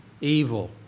evil